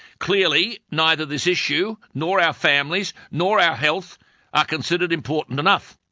clearly neither this issue, nor our families, nor our health are considered important enough.